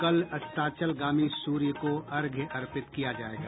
कल अस्ताचलगामी सूर्य को अर्घ्य अर्पित किया जायेगा